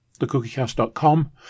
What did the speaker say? thecookiecast.com